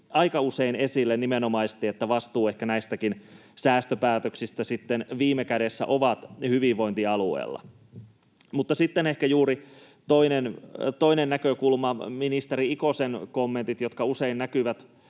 aika usein esille, että vastuu ehkä näistäkin säästöpäätöksistä sitten viime kädessä on hyvinvointialueilla. Sitten ehkä juuri toinen näkökulma ministeri Ikosen kommenteista, jotka usein näkyvät